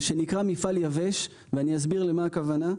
שנקרא מפעל יבש, ואני אסביר למה הכוונה.